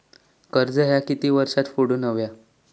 कर्ज ह्या किती वर्षात फेडून हव्या?